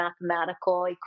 mathematical